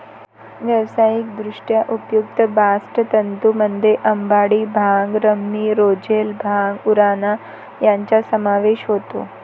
व्यावसायिकदृष्ट्या उपयुक्त बास्ट तंतूंमध्ये अंबाडी, भांग, रॅमी, रोझेल, भांग, उराणा यांचा समावेश होतो